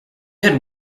had